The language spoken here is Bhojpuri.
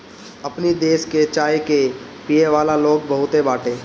अपनी देश में चाय के पियेवाला लोग बहुते बाटे